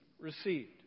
received